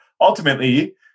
ultimately